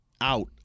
Out